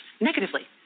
negatively